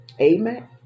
Amen